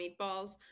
meatballs